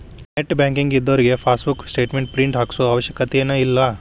net banking ಇದ್ದೋರಿಗೆ passbook statement print ಹಾಕ್ಸೋ ಅವಶ್ಯಕತೆನ ಇಲ್ಲಾ